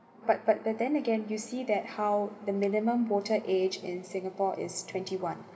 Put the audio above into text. but but but then again you see that how the minimum voter age in singapore is twenty one